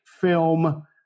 film